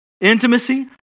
intimacy